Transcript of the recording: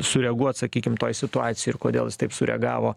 sureaguot sakykim toj situacijoj ir kodėl jis taip sureagavo